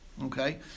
Okay